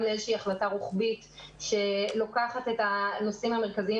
לאיזו החלטה רוחבית שלוקחת את הנושאים המרכזיים,